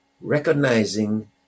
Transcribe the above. recognizing